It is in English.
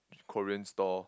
Korean stall